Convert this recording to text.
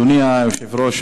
אדוני היושב-ראש,